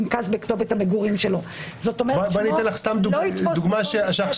זו מעטפה כפולה.